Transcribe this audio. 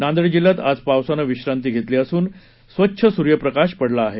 नांदेड जिल्ह्यात आज पावसानं विश्रांती घेतली असून स्वच्छ सुर्यप्रकाश पडला आहे